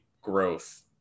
growth